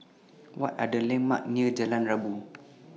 What Are The landmarks near Jalan Rabu